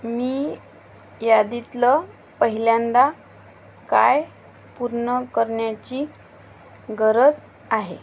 मी यादीतलं पहिल्यांदा काय पूर्ण करण्याची गरज आहे